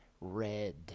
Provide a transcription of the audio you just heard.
red